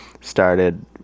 started